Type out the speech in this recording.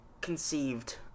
Conceived